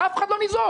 אף אחד לא ניזוק.